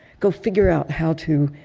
go figure out how to